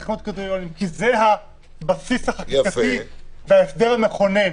הבסיס החקיקתי וההסדר המכונן.